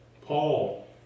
Paul